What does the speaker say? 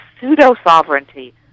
pseudo-sovereignty